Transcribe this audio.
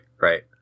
right